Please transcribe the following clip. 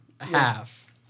half